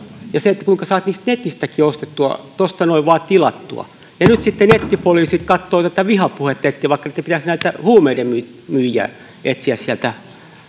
ja kuinka saat niitä netistäkin ostettua tuosta noin vaan tilattua ja nyt sitten nettipoliisit katsovat vihapuhetta vaikka niitten pitäisi näitä huumeiden myyjiä etsiä sieltä